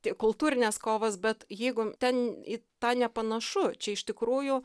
tai kultūrinės kovos bet jeigu ten į tą nepanašu čia iš tikrųjų